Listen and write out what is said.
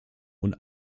und